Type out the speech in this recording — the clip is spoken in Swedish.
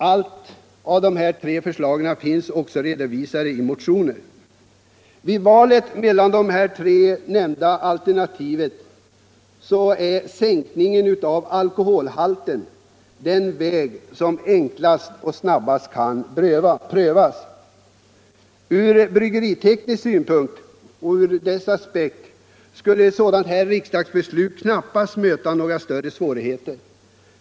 Allt detta är också föreslaget i motioner. I valet mellan de tre nämnda alternativen är sänkningen av alkoholhalten den väg som enklast och snabbast kan prövas. Ur bryggeriteknisk aspekt skulle ett sådant riksdagsbeslut knappast möta några större svårigheter.